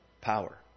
power